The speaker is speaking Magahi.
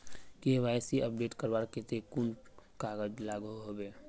के.वाई.सी अपडेट करवार केते कुन कुन कागज लागोहो होबे?